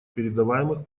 передаваемых